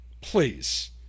Please